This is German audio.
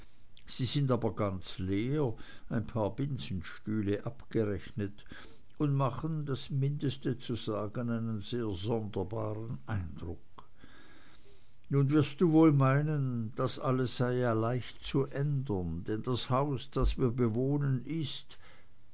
sie sind aber ganz leer ein paar binsenstühle abgerechnet und machen das mindeste zu sagen einen sehr sonderbaren eindruck nun wirst du wohl meinen das alles sei ja leicht zu ändern aber es ist nicht zu ändern denn das haus das wir bewohnen ist